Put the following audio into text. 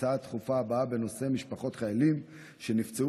ההצעה הדחופה הבאה בנושא: משפחות חיילים שנפצעו